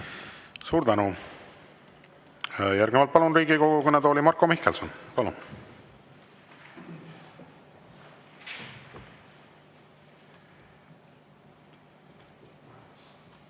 Suur tänu! Järgnevalt palun Riigikogu kõnetooli Marko Mihkelsoni. Palun!